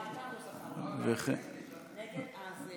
נגד.